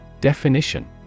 Definition